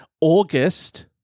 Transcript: August